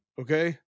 Okay